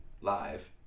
Live